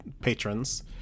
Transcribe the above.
patrons